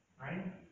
right